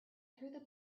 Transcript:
through